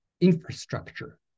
infrastructure